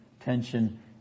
tension